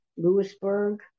Lewisburg